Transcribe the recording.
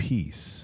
Peace